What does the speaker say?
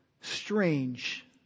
strange